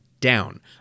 down